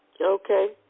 okay